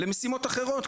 למשימות אחרות,